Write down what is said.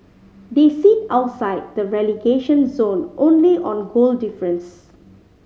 they sit outside the relegation zone only on goal difference